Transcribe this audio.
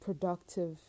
productive